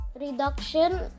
reduction